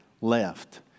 left